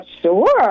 Sure